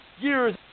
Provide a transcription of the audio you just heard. years